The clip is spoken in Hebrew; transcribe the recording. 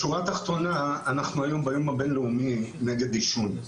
בשורה התחתונה אנחנו ביום הבין-לאומי נגד עישון.